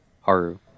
haru